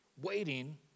waiting